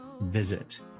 visit